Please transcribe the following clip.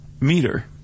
Meter